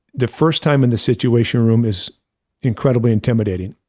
the first time in the situation room is incredibly intimidating.